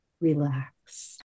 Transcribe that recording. relax